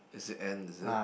is it end is it